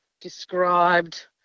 described